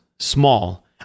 small